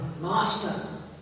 Master